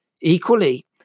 Equally